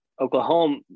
Oklahoma